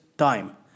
time